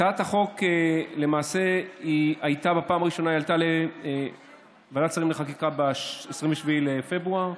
הצעת החוק למעשה עלתה לוועדת שרים לחקיקה ב-27 בפברואר,